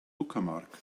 uckermark